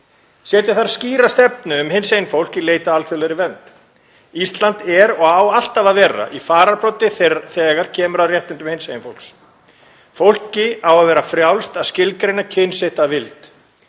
Setja þarf skýra stefnu um hinsegin fólk í leit að alþjóðlegri vernd. Ísland er, og á ávallt að vera, í fararbroddi þegar kemur að réttindum hinsegin fólks. Fólki á að vera frjálst að skilgreina kyn sitt að vild.